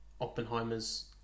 Oppenheimer's